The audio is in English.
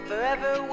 Forever